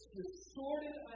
distorted